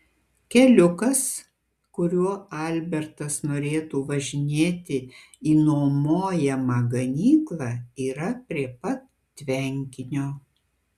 keliukas kuriuo albertas norėtų važinėti į nuomojamą ganyklą yra prie pat tvenkinio